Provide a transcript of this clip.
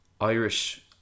Irish